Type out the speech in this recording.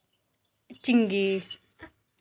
चिंगी